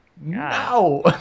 No